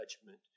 judgment